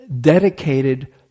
dedicated